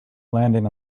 landing